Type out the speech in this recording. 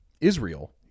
Israel